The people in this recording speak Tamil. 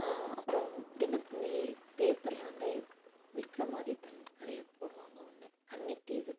அப்புறம் தினத்தந்தி பேப்பரில் வந்து விக்ரமாதித்தன் கதையை போடுவாங்க ஒன்று கன்னித்தீவு